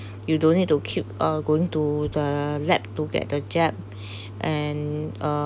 you don't need to keep uh going to the lab to get a jab and uh